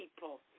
people